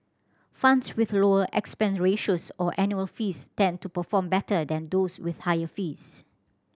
funds with lower expense ratios or annual fees tend to perform better than those with higher fees